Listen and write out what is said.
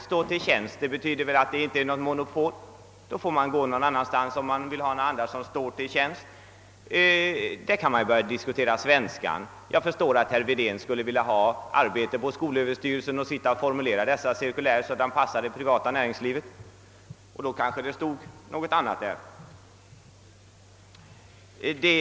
»Stå till tjänst» betyder väl att det inte föreligger något monopol. Vill man ha några andra som »står till tjänst» får man gå någon annanstans. Vi kan naturligtvis börja diskutera svenskan i cirkulären; jag förstår att herr Wedén skulle vilja ha arbete på skolöverstyrelsen och sitta och formulera dessa skrivelser så att de passar det privata näringslivet. Då kanske det stod något annat i dem.